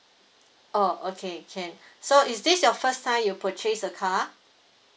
oh okay can so is this your first time you purchase a car